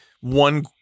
one